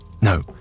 No